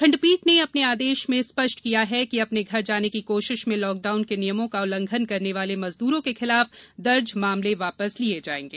खंडपीठ ने अपने आदेश में स्पष्ट किया है कि अपने घर जाने की कोशिश में लॉकडाउन के नियमों का उल्लंघन करने वाले मजदूरों के खिलाफ दर्ज मामले वापस लिये जाएंगे